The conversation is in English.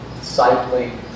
cycling